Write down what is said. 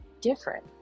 different